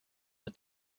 but